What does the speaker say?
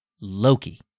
Loki